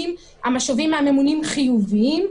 המשובים מהממונים חיוביים,